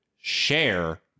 share